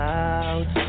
out